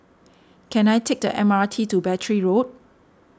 can I take the M R T to Battery Road